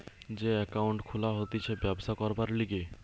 যে একাউন্ট খুলা হতিছে ব্যবসা করবার লিগে